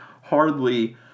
hardly